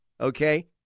Okay